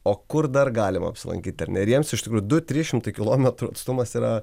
o kur dar galim apsilankyti ar ne ir jiems iš tikrųjų du trys šimtai kilometrų atstumas yra